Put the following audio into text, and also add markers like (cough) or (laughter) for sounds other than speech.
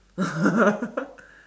(laughs)